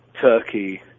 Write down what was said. Turkey